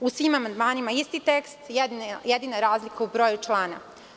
U svim amandmanima isti tekst jedina je razlika u broju člana.